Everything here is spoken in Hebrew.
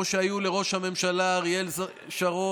של נבצרות כמו שהיה לראש הממשלה אריאל שרון